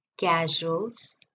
casuals